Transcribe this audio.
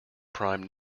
prime